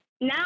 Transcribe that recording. now